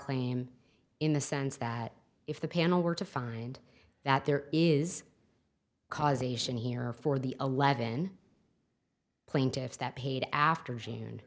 claim in the sense that if the panel were to find that there is cause ation here for the eleven plaintiffs that paid after